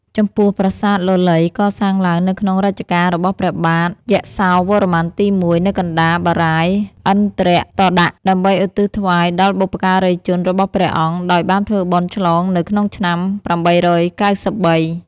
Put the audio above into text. ចំពោះ ប្រាសាទលលៃ កសាងឡើងនៅក្នុងរជ្ជកាលរបស់ព្រះបាទយសោវរ្ម័នទី ១ នៅកណ្តាលបារាយណ៍ឥន្ទ្រតដាក ដើម្បីឧទ្ទិសថ្វាយដល់បុព្វការីជនរបស់ព្រះអង្គ ដោយបានធ្វើបុណ្យឆ្លងនៅក្នុងឆ្នាំ ៨៩៣ ។